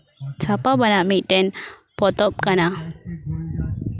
ᱪᱷᱟᱯᱟᱣᱟᱱᱟᱜ ᱢᱤᱫᱴᱮᱱ ᱯᱚᱛᱚᱵᱽ ᱠᱟᱱᱟ